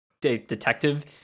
detective